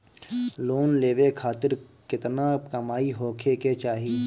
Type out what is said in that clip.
Loan लेवे खातिर केतना कमाई होखे के चाही?